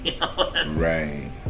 Right